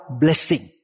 blessing